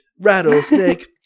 rattlesnake